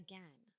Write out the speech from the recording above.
Again